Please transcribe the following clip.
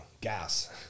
gas